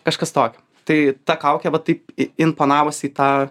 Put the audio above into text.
kažkas tokio tai ta kaukė va taip imponavusi į tą